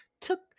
took